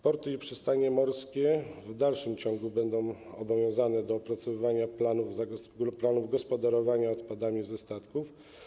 Porty i przystanie morskie w dalszym ciągu będą obowiązane do opracowywania planów gospodarowania odpadami ze statków.